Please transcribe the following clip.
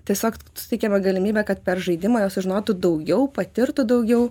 tiesiog suteikiame galimybę kad per žaidimą jau sužinotų daugiau patirtų daugiau